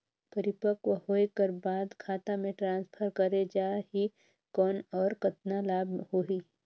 परिपक्व होय कर बाद खाता मे ट्रांसफर करे जा ही कौन और कतना लाभ होही?